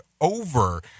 over